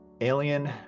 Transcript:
Alien